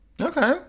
Okay